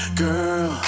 girl